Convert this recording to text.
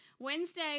Wednesday